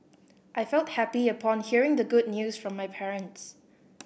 I felt happy upon hearing the good news from my parents